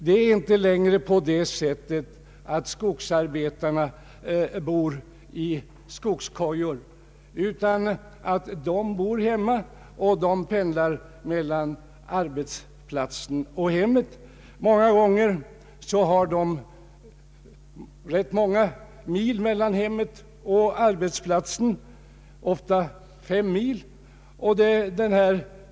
Skogsarbetarna bor Allmänpolitisk debatt inte längre i skogskojor, utan de bor hemma och pendlar mellan arbetsplatsen och hemmet. Många gånger har de rätt många mil mellan hemmet och arbetsplatsen — ofta upp till fem mil.